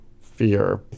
fear